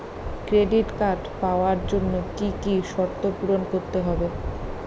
Credit card পাওয়ার জন্য কি কি শর্ত পূরণ করতে হবে?